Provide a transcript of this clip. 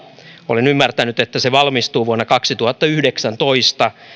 olen ymmärtänyt että se valmistuu vuonna kaksituhattayhdeksäntoista